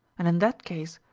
and in that case,